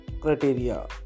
criteria